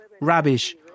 rubbish